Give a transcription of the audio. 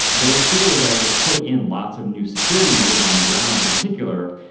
their fear was that if they put in lots of new security measures on the ground in particular,